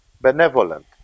benevolent